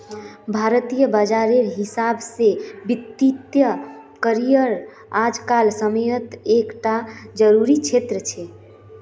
भारतीय बाजारेर हिसाब से वित्तिय करिएर आज कार समयेत एक टा ज़रूरी क्षेत्र छे